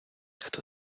хто